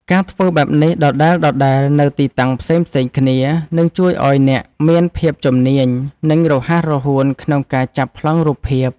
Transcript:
ការធ្វើបែបនេះដដែលៗនៅទីតាំងផ្សេងៗគ្នា នឹងជួយឱ្យអ្នកមានភាពជំនាញ និងរហ័សរហួនក្នុងការចាប់ប្លង់រូបភាព។